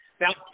Now